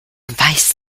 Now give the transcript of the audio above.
weiß